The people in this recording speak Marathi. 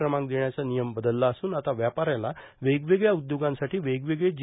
क्रमांक देण्याचा नियम बदलला असून आता व्यापाऱ्याला वेगवेगळ्या उद्योगांसाठी वेगवेगळे जी